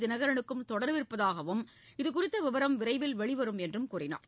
தினகரனுக்கும் தொடர்பிருப்பதாகவும் இதுகுறித்த விபரம் விரைவில் வெளிவரும் என்றார்